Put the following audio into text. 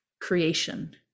creation